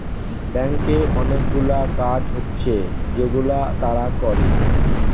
ব্যাংকে অনেকগুলা কাজ হচ্ছে যেগুলা তারা করে